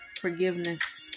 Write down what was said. Forgiveness